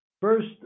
First